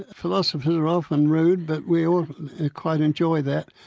philosophers are often rude but we all quite enjoy that.